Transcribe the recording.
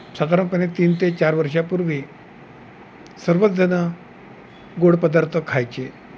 साधारणपणे तीन ते चार वर्षापूर्वी सर्वच जणं गोड पदार्थ खायचे